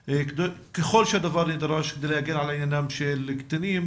ככל שהדבר נדרש כדי להגן על עניינם של קטינים